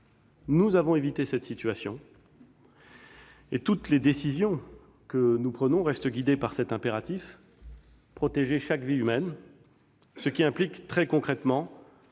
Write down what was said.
nous avons évité cette situation. Toutes les décisions que nous prenons restent guidées par cet impératif : protéger chaque vie humaine, ce qui implique très concrètement